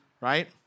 right